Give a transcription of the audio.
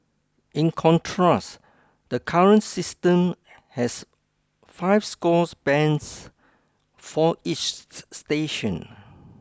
in contrast the current system has five score bands for each station